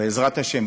בעזרת השם,